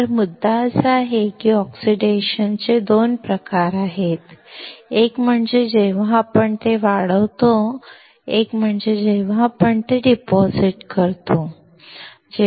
तर मुद्दा असा आहे की ऑक्सिडेशनचे 2 प्रकार आहेत एक म्हणजे जेव्हा आपण ते वाढवतो एक म्हणजे जेव्हा आपण ते जमा करतो